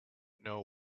know